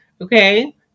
Okay